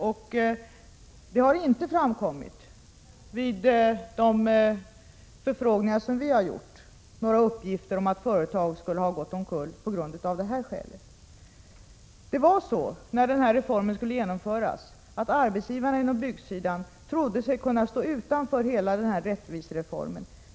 Vid de förfrågningar som vi gjort har det inte framkommit några uppgifter om att företag gått omkull av det här skälet. När den här reformen skulle genomföras var det så att en del arbetsgivare på byggsidan trodde sig kunna stå utanför hela denna rättvisereform.